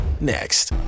next